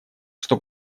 что